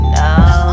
now